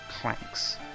clanks